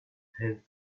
have